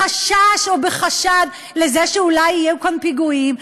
בחשש או בחשד שאולי יהיו כאן פיגועים,